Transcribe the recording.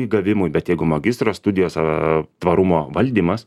įgavimui bet jeigu magistro studijos aaa tvarumo valdymas